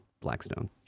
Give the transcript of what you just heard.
Blackstone